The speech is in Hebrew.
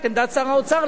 את עמדת שר האוצר,